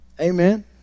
Amen